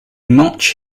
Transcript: much